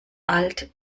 alt